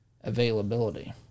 availability